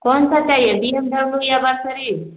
कौन सा चाहिए बी एम डब्लू या मर्सरीज